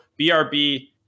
BRB